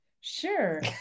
Sure